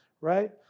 right